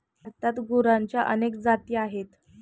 भारतात गुरांच्या अनेक जाती आहेत